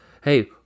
Hey